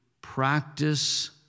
practice